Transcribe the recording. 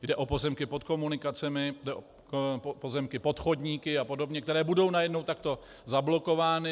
Jde o pozemky pod komunikacemi, pozemky pod chodníky a podobně, které budou najednou takto zablokovány.